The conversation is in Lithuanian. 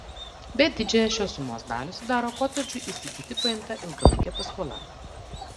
bet didžiąją šios sumos dalį sudaro kotedžui įsigyti paimta ilgalaikė paskola